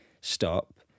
stop